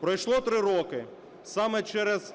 Пройшло 3 роки. Саме через